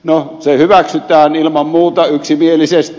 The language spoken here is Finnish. no se hyväksytään ilman muuta yksimielisesti